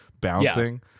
bouncing